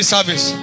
service